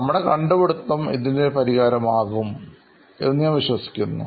നമ്മുടെ കണ്ടുപിടിത്തം അതിനൊരു പരിഹാരം ആകും എന്ന് ഞാൻ വിശ്വസിക്കുന്നു